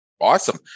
awesome